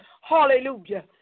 Hallelujah